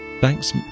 Thanks